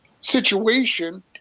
situation